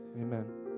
Amen